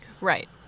Right